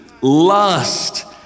lust